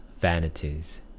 vanities